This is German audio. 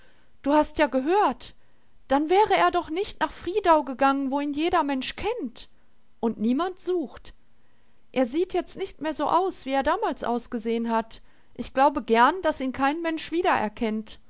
du hast ja gehört dann wäre er doch nicht nach friedau gegangen wo ihn jeder mensch kennt und niemand sucht er sieht jetzt nicht mehr so aus wie er damals ausgesehen hat ich glaube gern daß ihn kein mensch wiedererkennt